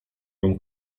mam